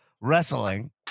Wrestling